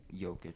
Jokic